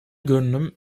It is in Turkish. görünüm